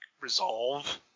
resolve